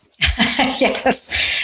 Yes